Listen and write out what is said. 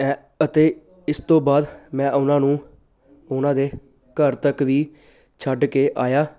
ਹੈ ਅਤੇ ਇਸ ਤੋਂ ਬਾਅਦ ਮੈਂ ਉਹਨਾਂ ਨੂੰ ਉਹਨਾਂ ਦੇ ਘਰ ਤੱਕ ਵੀ ਛੱਡ ਕੇ ਆਇਆ